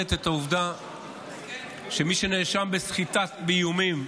ומעגנת את העובדה שמי שנאשם בסחיטה באיומים,